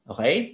Okay